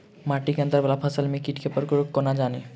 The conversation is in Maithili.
माटि केँ अंदर वला फसल मे कीट केँ प्रकोप केँ कोना जानि?